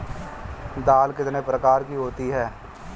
दाल कितने प्रकार की होती है?